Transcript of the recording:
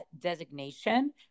designation